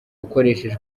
ukoresheje